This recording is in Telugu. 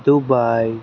దుబాయ్